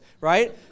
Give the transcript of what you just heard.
right